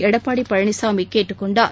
எடப்பாடிபழனிசாமிகேட்டுக் கொண்டுள்ளார்